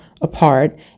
apart